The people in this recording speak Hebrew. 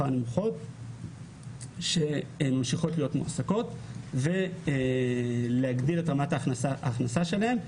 נמוכות שממשיכות להיות מועסקות ולגדיל את רמת ההכנסה שלהן.